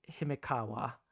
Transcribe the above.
Himikawa